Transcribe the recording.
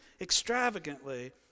extravagantly